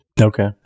okay